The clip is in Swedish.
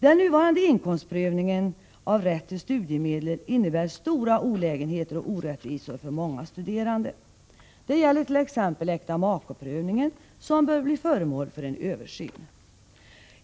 Den nuvarande inkomstprövningen av rätt till studiemedel innebär stora olägenheter och orättvisor för många studerande. Det gäller t.ex. äktamakeprövningen, som bör bli föremål för en översyn.